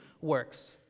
works